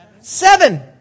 Seven